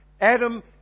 Adam